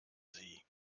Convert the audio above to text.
sie